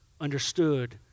understood